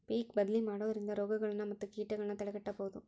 ಪಿಕ್ ಬದ್ಲಿ ಮಾಡುದ್ರಿಂದ ರೋಗಗಳನ್ನಾ ಮತ್ತ ಕೇಟಗಳನ್ನಾ ತಡೆಗಟ್ಟಬಹುದು